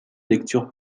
lecture